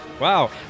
Wow